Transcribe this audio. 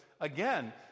again